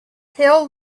hill